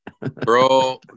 Bro